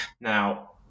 Now